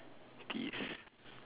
teeth